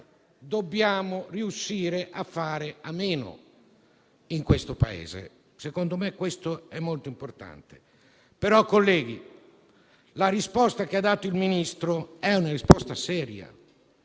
dobbiamo riuscire a fare a meno in questo Paese. Secondo me questo è molto importante. Però, colleghi, la risposta che ha dato il Ministro è una risposta seria: